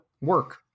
work